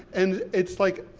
and it's like,